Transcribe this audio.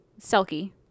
Selkie